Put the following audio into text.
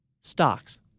stocks